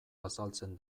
azaltzen